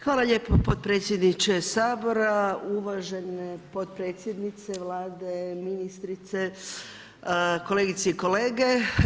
Hvala lijepo potpredsjedniče Sabora, uvaženi potpredsjednici Vlade, ministrice, kolegice i kolege.